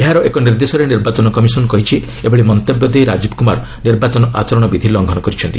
ଏହାର ଏକ ନିର୍ଦ୍ଦେଶରେ ନିର୍ବାଚନ କମିଶନ କହିଛି ଏଭଳି ମନ୍ତବ୍ୟ ଦେଇ ରାଜୀବକୁମାର ନିର୍ବାଚନ ଆଚରଣ ବିଧି ଲଂଘନ କରିଛନ୍ତି